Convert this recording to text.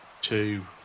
two